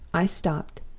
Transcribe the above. i stopped,